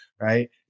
Right